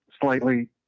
slightly